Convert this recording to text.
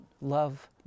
love